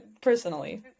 personally